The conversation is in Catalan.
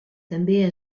també